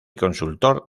consultor